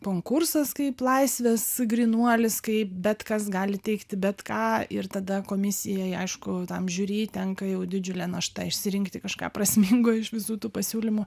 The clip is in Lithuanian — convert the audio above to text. konkursas kaip laisvės grynuolis kai bet kas gali teigti bet ką ir tada komisijai aišku tam žiūri tenka jau didžiulė našta išsirinkti kažką prasmingo iš visų tų pasiūlymų